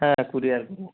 হ্যাঁ কুরিয়ার দেবো